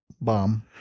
bomb